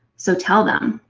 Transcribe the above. so tell them.